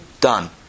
Done